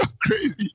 crazy